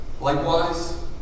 Likewise